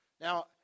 Now